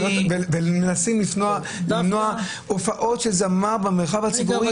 מנסים למנוע הופעות של זמר במרחב הציבורי.